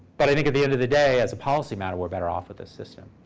but i think at the end of the day, as a policy matter, we're better off with this system.